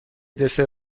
دسر